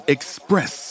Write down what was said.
Express